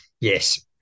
Yes